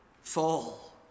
fall